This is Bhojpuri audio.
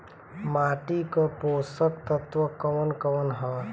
माटी क पोषक तत्व कवन कवन ह?